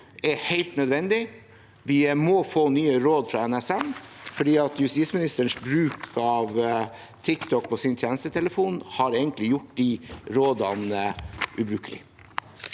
er helt nødvendig. Vi må få nye råd fra NSM, for justisministerens bruk av TikTok på sin tjenestetelefon har egentlig gjort rådene ubrukelige.